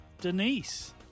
Denise